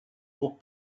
cours